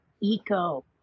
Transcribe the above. eco